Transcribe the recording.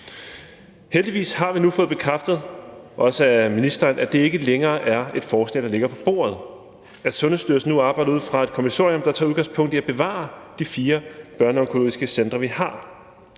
heldigvis fået bekræftet og også af ministeren, at det ikke længere er et forslag, der ligger på bordet, og at Sundhedsstyrelsen nu arbejder ud fra et kommissorium, der tager udgangspunkt i at bevare de fire børneonkologiske centre, vi har.